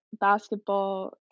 basketball